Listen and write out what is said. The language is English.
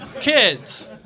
kids